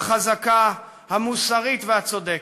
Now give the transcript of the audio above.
החזקה, המוסרית והצודקת.